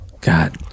God